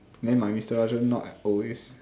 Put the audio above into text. then my mister Rajan not at always